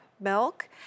Milk